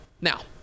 now